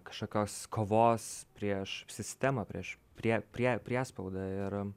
kažkokios kovos prieš sistemą prieš prie prie priespaudą ir